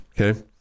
Okay